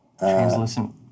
Translucent